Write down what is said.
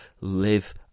live